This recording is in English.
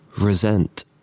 resent